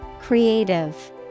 Creative